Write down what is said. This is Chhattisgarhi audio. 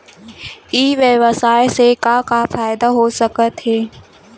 ई व्यवसाय से का का फ़ायदा हो सकत हे?